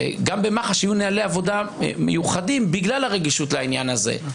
וגם במח"ש יהיו נוהלי עבודה מיוחדים בגלל הרגישות לעניין הזה.